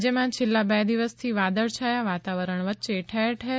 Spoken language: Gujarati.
રાજ્યમાં છેલ્લા બે દિવસથી વાદળછાયા વાતાવરણ વચ્ચે ઠેર ઠેર